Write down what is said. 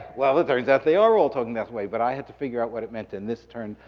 well, it turns out they are all talking that way. but i had to figure out what it meant in this turn,